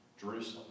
Jerusalem